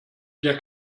der